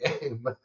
game